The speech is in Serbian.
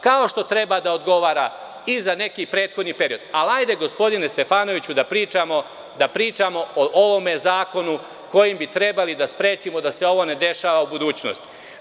Kao, što treba da odgovara i za neki prethodni period, ali hajde gospodine Stefanoviću da pričamo o ovome zakonu kojim bi trebali da sprečimo da se ovo ne dešava u budućnosti.